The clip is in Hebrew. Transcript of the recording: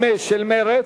שני מתנגדים, אין נמנעים.